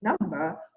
number